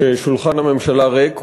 ששולחן הממשלה ריק.